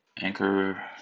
Anchor